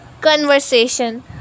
conversation